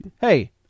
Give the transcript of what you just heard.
Hey